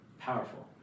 powerful